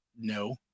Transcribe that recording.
No